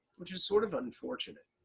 which is sort of unfortunate.